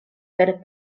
per